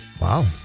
Wow